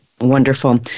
Wonderful